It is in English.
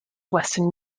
western